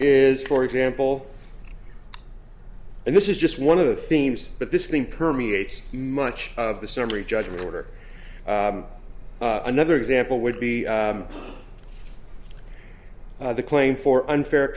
is for example and this is just one of the themes but this thing permeates much of the summary judgment order another example would be the claim for unfair